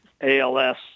ALS